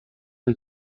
del